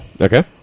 Okay